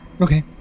Okay